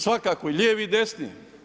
Svakako lijevi i desni.